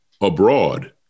abroad